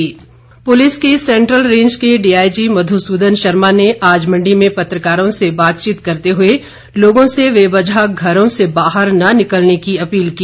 मधुसूदन इधर पुलिस की central range के डीआईजी मधुसूदन शर्मा ने आज मंडी में पत्रकारों से बातचीत करते हुए लोगों से बेवजह घरों से बाहर न निकलने की अपील की